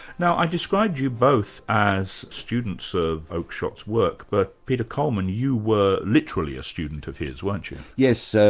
now, i described you both as students of oakeshott's work, but peter coleman, you were literally a student of his, weren't you? yes, so